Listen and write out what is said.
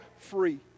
free